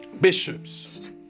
bishops